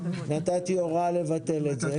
נתתי הוראה לבטל את זה,